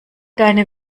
deine